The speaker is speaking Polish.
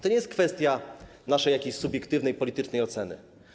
To nie jest kwestia naszej jakiejś subiektywnej politycznej oceny.